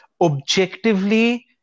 Objectively